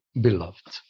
beloved